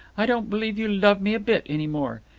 i don't believe you love me a bit, any more.